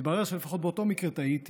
מתברר שלפחות באותו מקרה טעיתי.